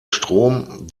strom